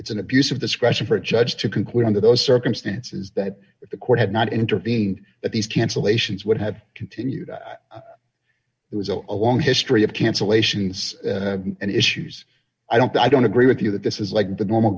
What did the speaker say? it's an abuse of discretion for a judge to conclude under those circumstances that the court had not intervened that these cancellations would d have continued it was a long history of cancellations and issues i don't i don't agree with you that this is like the normal